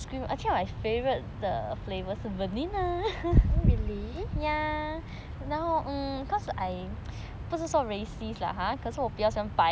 !huh! really